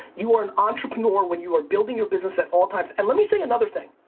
you are an entrepreneur when you are building your business at all times. and let me say another thing,